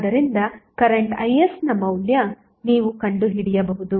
ಆದ್ದರಿಂದ ಕರೆಂಟ್ Isನ ಮೌಲ್ಯವನ್ನು ನೀವು ಕಂಡುಹಿಡಿಯಬಹುದು